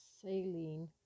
saline